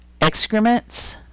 excrements